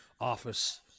office